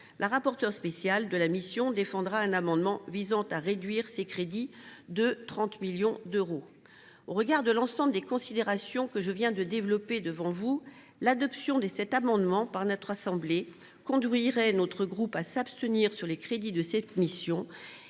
la rapporteure spéciale de la mission défendra un amendement visant à réduire ses crédits de 30 millions d’euros. Au regard de l’ensemble des considérations que je viens de développer devant vous, l’adoption de cet amendement par notre assemblée conduirait notre groupe à s’abstenir sur les crédits de cette mission.